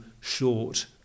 short